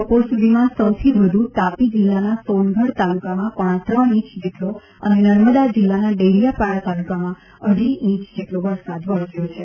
બપોર સુધીમાં સૌથી વધુ તાપી જિલ્લાના સોનગઢ તાલુકામાં પોણા ત્રણ ઇંચ જેટલો અને નર્મદા જિલ્લાના ડેડીયાપાડા તાલુકામાં અઢી ઇંચ જેટલો વરસાદ વરસ્યો છે